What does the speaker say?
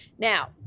Now